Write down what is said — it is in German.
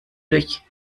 durch